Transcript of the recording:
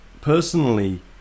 personally